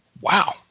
Wow